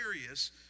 serious